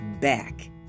back